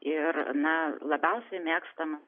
ir na labiausiai mėgstama